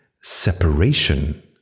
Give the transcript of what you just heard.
separation